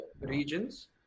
regions